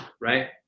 Right